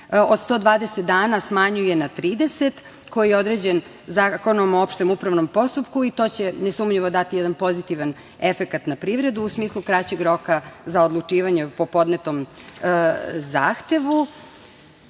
120 dana smanjuje na 30, koji je određen Zakonom o opštem upravnom postupku. To će nesumnjivo dati jedan pozitivan efekat na privredu, u smislu kraćeg roka za odlučivanje po podnetom zahtevu.Za